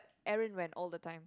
Aaron went all the time